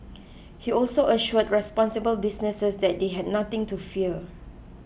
he also assured responsible businesses that they had nothing to fear